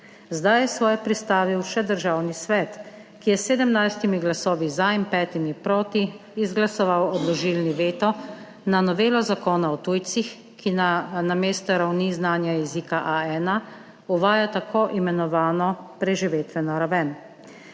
Zdaj je svoje pristavil še Državni svet, ki je s 17 glasovi za in 5 proti izglasoval odložilni veto na novelo Zakona o tujcih, ki namesto ravni znanja jezika A1 uvaja tako imenovano preživetveno raven.